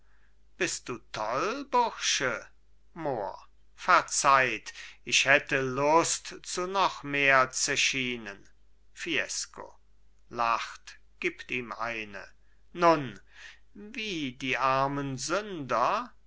bist du toll bursche mohr verzeiht ich hätte lust zu noch mehr zechinen fiesco lacht gibt ihm eine nun wie die armen sünder